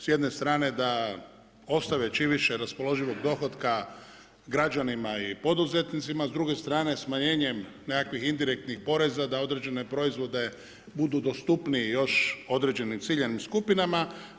S jedne strane, da ostave čim više raspoloživog dohotka građanima i poduzetnicima, s druge strane, smanjenjem nekakvih indirektnih poreza, da određene proizvode, budu dostupniji još, određenim ciljanim skupinama.